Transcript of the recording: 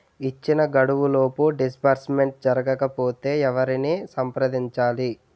ఇచ్చిన గడువులోపు డిస్బర్స్మెంట్ జరగకపోతే ఎవరిని సంప్రదించాలి?